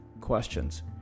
questions